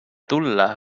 tulla